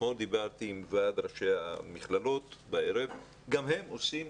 אתמול דיברתי עם ועד ראשי המכללות וגם הם עושים